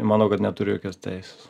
manau kad neturiu jokios teisės